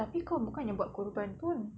tapi kau bukannya buat korban tu